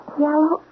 yellow